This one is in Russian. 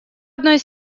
одной